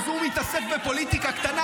אז הוא מתעסק בפוליטיקה קטנה.